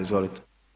Izvolite.